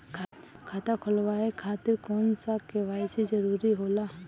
खाता खोलवाये खातिर कौन सा के.वाइ.सी जरूरी होला?